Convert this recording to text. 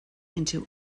into